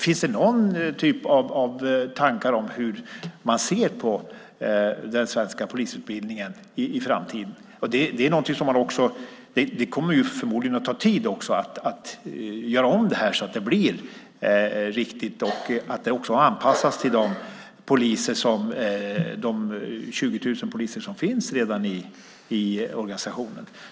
Finns det några tankar om hur man ser på den svenska polisutbildningen i framtiden? Det kommer förmodligen att ta tid att göra om detta så att det blir riktigt och anpassas till de 20 000 poliser som redan finns i organisationen.